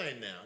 now